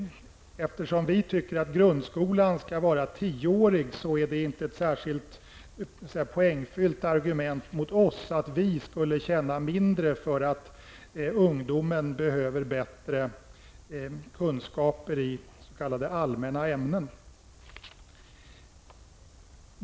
Eftersom vi tycker att grundskolan skall vara tioårig är det inte ett särskilt poängfyllt argument mot oss att vi skulle känna mindre för att ungdomen behöver bättre kunskaper i s.k.